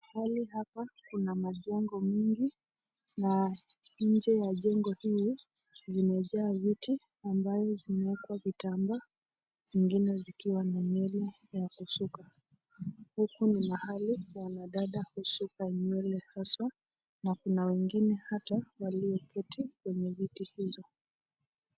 Mahali hapa kuna majengo mengi na nje ya jengo hii zimejaa vitiu ambayo zimewekwa vitambaa zingine zikiwa na nywele za kusuka. Huku ni mahali wanadada husuka nywele haswa na kuna wengine hata walioketi kwenye viti hizo.